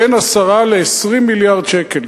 בין 10 ל-20 מיליארד שקל.